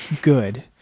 good